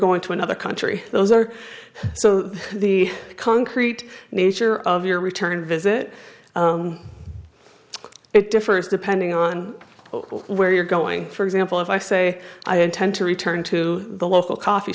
going to another country those are so the concrete nature of your return visit it differs depending on where you're going for example if i say i intend to return to the local coffee